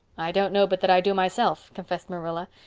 i don't know but that i do, myself, confessed marilla,